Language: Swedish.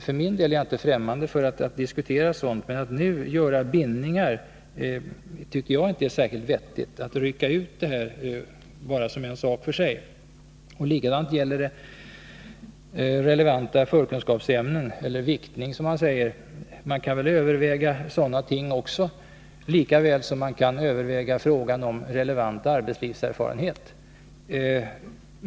För min del är jag inte främmande för att diskutera den saken. Men att nu göra bindningar tycker jag inte är särskilt vettigt, att rycka ut detta bara som en sak för sig. Detsamma gäller relevanta förkunskapsämnen -— eller viktning, som man säger. Man kan väl överväga sådana ting också, lika väl som man kan överväga frågan om relevant arbetslivserfarenhet.